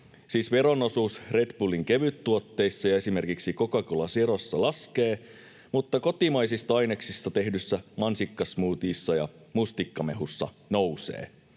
Siis veron osuus Red Bullin kevyttuotteissa ja esimerkiksi Coca-Cola Zerossa laskee, mutta kotimaisista aineksista tehdyissä mansikkasmoothiessa ja mustikkamehussa nousee.